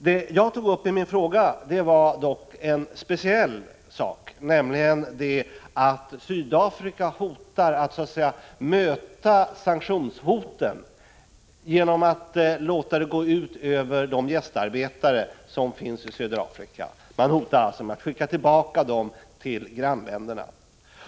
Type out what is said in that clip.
Vad jag tog upp i min fråga var dock en speciell sak, nämligen det faktum att Sydafrika hotar att så att säga möta sanktionshoten genom att låta dessa gå ut över de gästarbetare som finns i södra Afrika. Man hotar alltså med att skicka tillbaka gästarbetarna till resp. grannländer.